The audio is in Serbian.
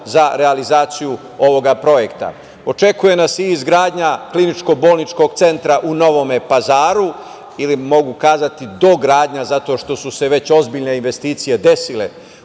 za realizaciju ovog projekta. Očekuje nas i izgradnja kliničko-bolničkog centra u Novom Pazaru ili mogu kazati dogradnja zato što su se već ozbiljne investicije desile